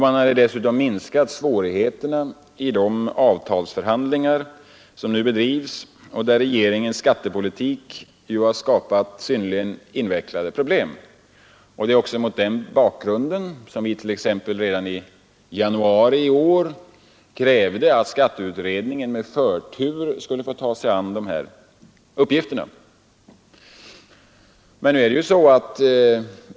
Man hade dessutom minskat svårigheterna i de avtalsförhandlingar som nu bedrivs och där regeringens skattepolitik ju har skapat synnerligen invecklade problem. Det är också mot den bakgrunden som vi t.ex. redan i januari i år krävde att skatteutredningen med förtur skulle få ta sig an den här uppgiften.